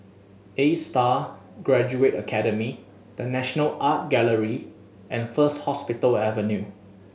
Astar Graduate Academy The National Art Gallery and First Hospital Avenue